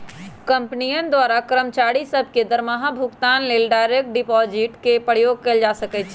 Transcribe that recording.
कंपनियों द्वारा कर्मचारि सभ के दरमाहा भुगतान लेल डायरेक्ट डिपाजिट के प्रयोग कएल जा सकै छै